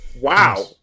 Wow